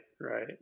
right